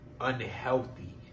unhealthy